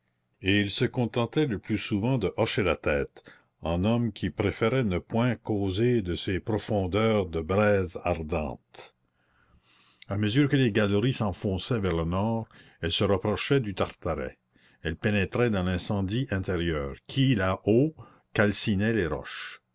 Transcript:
et ils se contentaient le plus souvent de hocher la tête en hommes qui préféraient ne point causer de ces profondeurs de braise ardente a mesure que les galeries s'enfonçaient vers le nord elles se rapprochaient du tartaret elles pénétraient dans l'incendie intérieur qui là-haut calcinait les roches